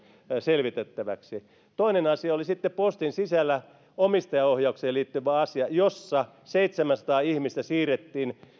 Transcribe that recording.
selvitettäväksi toinen asia oli sitten postin sisällä omistajaohjaukseen liittyvä asia jossa seitsemänsataa ihmistä siirrettiin